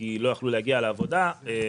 כי הם לא יכלו להגיע לעבודה עדיין.